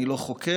אני לא חוקר,